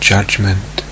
judgment